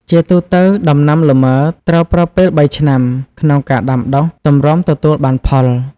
ជាទូទៅ ដំណាំលម៉ើ ត្រូវប្រើពេល៣ឆ្នាំ ក្នុងការដាំដុះ ទម្រាំទទួលបានផល។